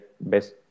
best